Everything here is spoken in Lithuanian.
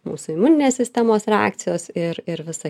mūsų imuninės sistemos reakcijos ir ir visa